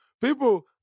People